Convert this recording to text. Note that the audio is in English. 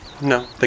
No